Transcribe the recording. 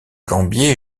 gambier